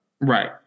Right